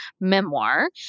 memoir